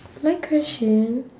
my question